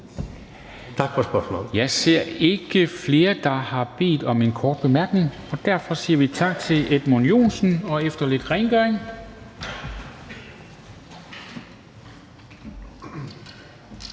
Dam Kristensen): Jeg ser ikke flere, der har bedt om en kort bemærkning, og derfor siger vi tak til Edmund Joensen. Sjúrður Skaale, værsgo.